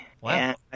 Wow